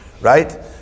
right